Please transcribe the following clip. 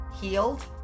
healed